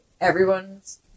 everyone's